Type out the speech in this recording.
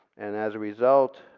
and as a result,